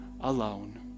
alone